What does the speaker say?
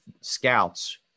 scouts